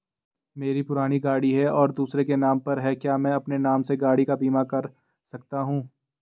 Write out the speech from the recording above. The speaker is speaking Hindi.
मेरी पुरानी गाड़ी है और दूसरे के नाम पर है क्या मैं अपने नाम से गाड़ी का बीमा कर सकता हूँ?